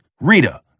Rita